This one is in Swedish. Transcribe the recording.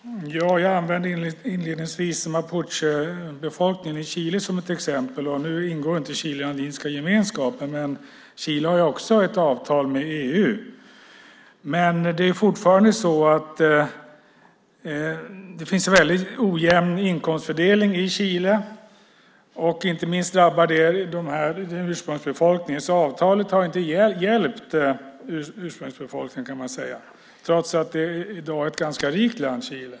Herr talman! Jag använde inledningsvis mapuchebefolkningen i Chile som ett exempel. Nu ingår inte Chile i Andinska gemenskapen, men Chile har ju också ett avtal med EU. Det finns en väldigt ojämn inkomstfördelning i Chile. Det drabbar inte minst ursprungsbefolkningen. Man kan säga att avtalet inte har hjälpt ursprungsbefolkningen, trots att Chile i dag är ett ganska rikt land.